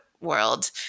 world